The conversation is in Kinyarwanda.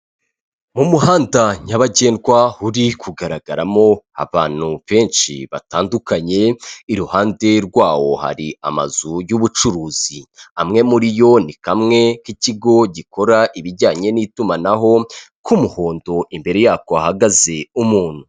Mu muhanda nyabagendwa uri kugaragaramo abantu benshi batandukanye iruhande rwawo hari amazu y'ubucuruzi, amwe muri yo ni kamwe k'ikigo gikora ibijyanye n'itumanaho k'umuhondo imbere yako hahagaze umuntu.